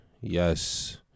Yes